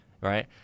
right